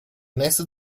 nächste